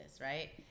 right